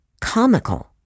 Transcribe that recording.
comical